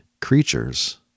creatures